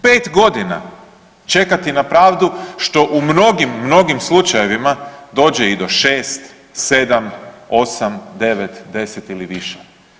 5 godina čekati na pravdu što u mnogim, mnogim slučajevima dođe i do 6,7,8,9,10 ili više.